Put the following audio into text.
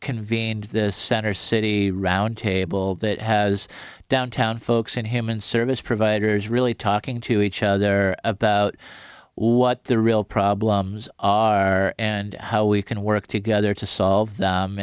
convened this center city roundtable that has downtown folks in him and service providers really talking to each other about what the real problems are and how we can work together to solve